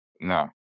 No